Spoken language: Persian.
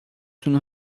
تون